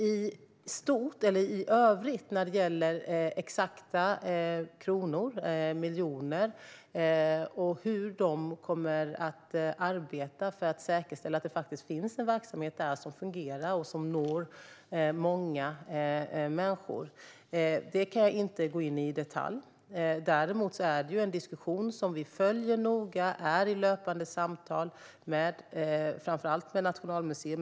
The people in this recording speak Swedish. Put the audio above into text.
I övrigt kan jag inte gå in i detalj på exakt hur många miljoner som ska säkerställa att det finns en verksamhet där som fungerar och når många människor. Men vi följer diskussionen noga och för löpande samtal med framför allt Nationalmuseum.